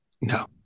No